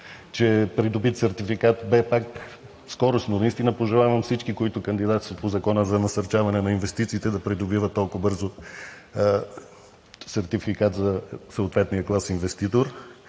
е придобит Сертификат Б – пак скоростно. Наистина пожелавам на всички, които кандидатстват по Закона за насърчаване на инвестициите, да придобиват толкова бързо сертификат за съответния клас инвеститор.